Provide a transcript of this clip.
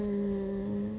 mm